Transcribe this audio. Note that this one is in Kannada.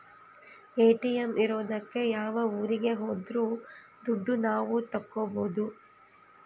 ಎ.ಟಿ.ಎಂ ಇರೋದಕ್ಕೆ ಯಾವ ಊರಿಗೆ ಹೋದ್ರು ದುಡ್ಡು ನಾವ್ ತಕ್ಕೊಬೋದು